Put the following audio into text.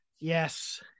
Yes